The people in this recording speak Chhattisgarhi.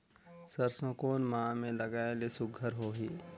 सरसो कोन माह मे लगाय ले सुघ्घर होही?